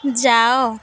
ଯାଅ